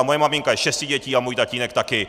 Moje maminka je ze šesti dětí a můj tatínek také.